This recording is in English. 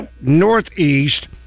northeast